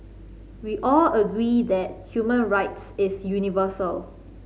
we all agree that human rights is universal